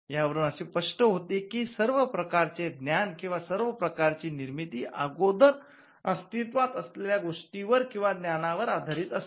यावरून असे स्पष्ट होते की सर्व प्रकारचे ज्ञान किंवा सर्व प्रकारची निर्मिती अगोदर अस्तित्वात असलेल्या गोष्टींवर किंवा ज्ञानावर आधारित असते